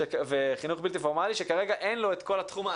שכרגע אין לו את כל התחום האדיר של שאר החינוך,